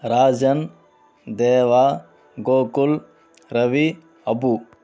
Rajan Deva Gokul Ravi Abu